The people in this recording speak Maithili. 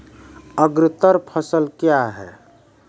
अग्रतर फसल क्या हैं?